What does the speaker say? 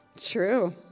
True